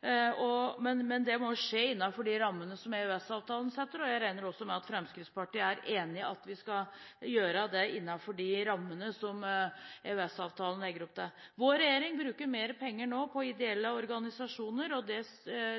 men det må skje innenfor de rammene som EØS-avtalen setter, og jeg regner med at Fremskrittspartiet er enig i at vi skal gjøre det innenfor de rammene som EØS-avtalen legger opp til. Vår regjering bruker mer penger nå på ideelle organisasjoner og